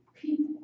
people